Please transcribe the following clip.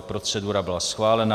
Procedura byla schválena.